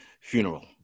funeral